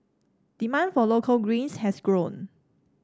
demand for local greens has grown